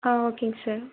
ஆ ஓகேங்க சார்